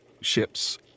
ships